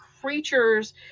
creatures